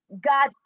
god